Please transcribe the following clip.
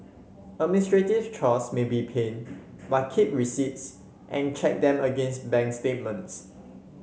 administrative chores may be pain but keep receipts and check them against bank statements